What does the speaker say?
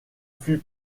fut